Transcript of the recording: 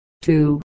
two